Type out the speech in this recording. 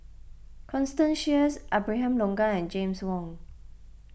Constance Sheares Abraham Logan and James Wong